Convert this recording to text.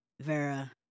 Vera